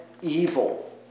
evil